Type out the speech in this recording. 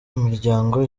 imiryango